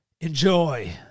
Enjoy